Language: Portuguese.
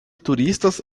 turistas